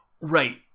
Right